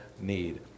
need